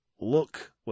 look